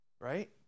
right